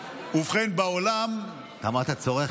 אמרת: צורך,